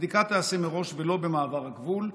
הבדיקה תיעשה מראש ולא במעבר הגבול,